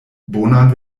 bonan